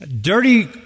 dirty